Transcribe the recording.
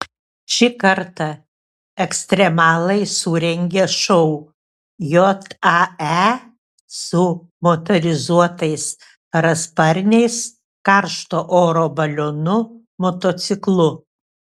šį kartą ekstremalai surengė šou jae su motorizuotais parasparniais karšto oro balionu motociklu